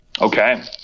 Okay